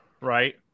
right